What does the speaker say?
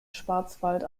schwarzwald